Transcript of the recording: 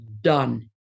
Done